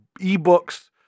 ebooks